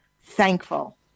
thankful